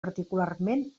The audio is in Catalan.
particularment